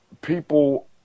people